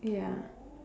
ya